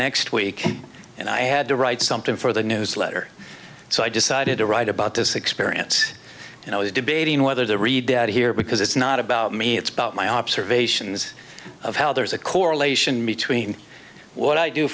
next week and i had to write something for the newsletter so i decided to write about this experience and i was debating whether to read that here because it's not about me it's about my observations of how there's a correlation between what i do